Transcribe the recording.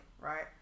right